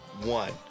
one